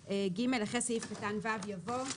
ו-(ג)"; (ג)אחרי סעיף קטן (ו) יבוא: